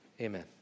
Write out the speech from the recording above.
Amen